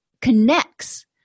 connects